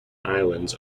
islands